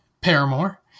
Paramore